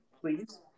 please